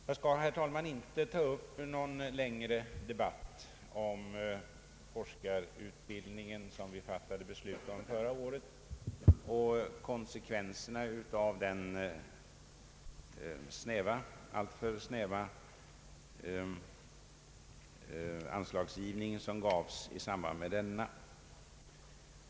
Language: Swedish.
Jag skall, herr talman, inte ta upp någon längre debatt kring forskarutbildningen, om vilken vi fattade beslut förra året, och inte heiler om konsekvenserna av den alltför snäva anslagsgivning som fastställdes i samband därmed.